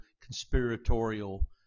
conspiratorial